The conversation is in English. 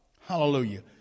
Hallelujah